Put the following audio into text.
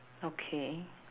okay